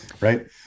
Right